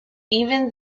even